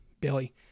Billy